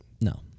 no